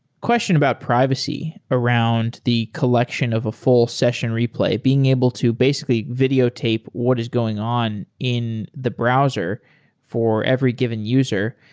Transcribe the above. question about privacy around the collection of a full session replay. being able to basically videotape what is going on in the browser for every given user.